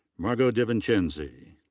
margot devincenzi.